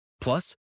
Plus